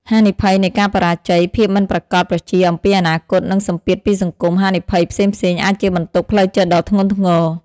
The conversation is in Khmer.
ហានិភ័យនៃការបរាជ័យ ភាពមិនប្រាកដប្រជាអំពីអនាគតនិងសម្ពាធពីសង្គម ហានិភ័យផ្សេងៗ អាចជាបន្ទុកផ្លូវចិត្តដ៏ធ្ងន់ធ្ងរ។